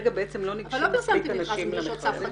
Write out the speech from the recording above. כרגע בעצם לא נגשו מספיק אנשים למכרז המקורי?